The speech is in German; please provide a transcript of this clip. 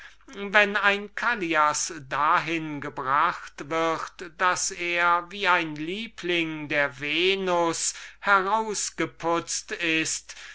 wenn ein callias dahin gebracht wird daß er wie ein liebling der venus herausgeputzt ist